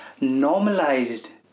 normalized